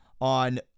on